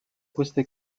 queste